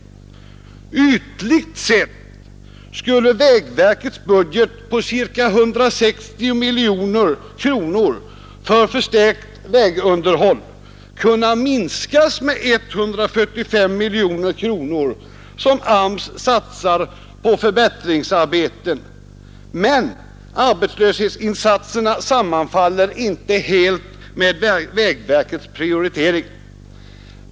Ytligt sett skulle vägverkets budget på ca 160 miljoner kronor för förstärkt vägunderhåll kunna minskas med 145 miljoner kronor som AMS satsar på förbättringsarbeten, men arbetslöshetsinsatserna sammanfaller inte helt med vägverkets prioritering.